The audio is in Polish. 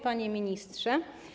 Panie Ministrze!